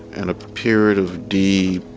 and a period of deep,